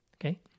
Okay